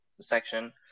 section